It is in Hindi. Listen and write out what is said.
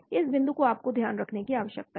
इस बिंदु को आपको ध्यान रखने की आवश्यकता है